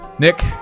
Nick